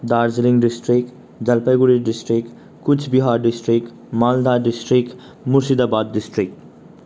Darjeeling district Jalpaiguri district Cooch Behar district Malda district Murshidabad district